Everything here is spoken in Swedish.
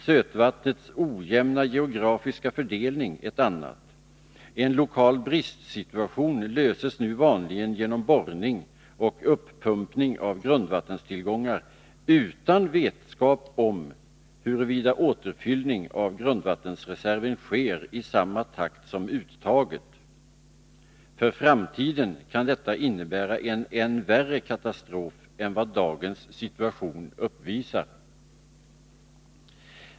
Sötvattnets ojämna geografiska fördelning är ett annat. En lokal bristsituation löses nu vanligen genom borrning och uppumpning av grundvattentillgångar, utan vetskap om huruvida återfyllning av grundvattenreserven sker i samma takt som uttaget. För framtiden kan detta innebära en än värre katastrof än vad dagens situation uppvisar.